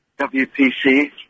WPC